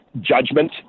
judgment